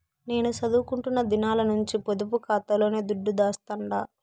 నేను సదువుకుంటున్న దినాల నుంచి పొదుపు కాతాలోనే దుడ్డు దాస్తండా